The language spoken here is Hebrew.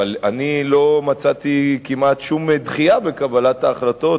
אבל אני לא מצאתי כמעט שום דחייה בקבלת ההחלטות,